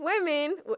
women